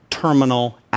Terminal